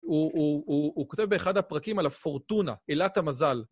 הוא כותב באחד הפרקים על הפורטונה, אילת המזל.